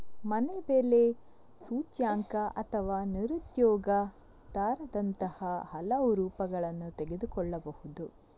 ಮನೆ ಬೆಲೆ ಸೂಚ್ಯಂಕ ಅಥವಾ ನಿರುದ್ಯೋಗ ದರದಂತಹ ಹಲವು ರೂಪಗಳನ್ನು ತೆಗೆದುಕೊಳ್ಳಬಹುದು